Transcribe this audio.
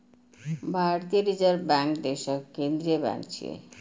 भारतीय reserve bank देशक केंद्रीय बैंक छियै